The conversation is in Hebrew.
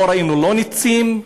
לא ראינו לא נצים,